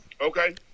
okay